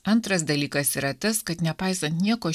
antras dalykas yra tas kad nepaisant nieko